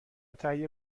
تهیه